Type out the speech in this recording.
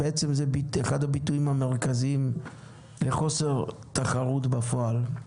בעצם זה אחד הביטויים המרכזיים לחוסר תחרות בפועל.